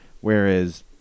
Whereas